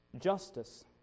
Justice